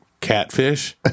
catfish